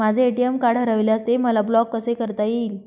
माझे ATM card हरविल्यास ते मला ब्लॉक कसे करता येईल?